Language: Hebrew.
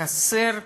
חסר לב,